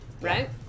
right